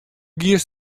giest